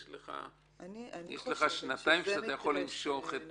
יש לך שנתיים שאתה יכול למשוך.